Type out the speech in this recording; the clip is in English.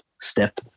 step